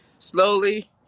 Slowly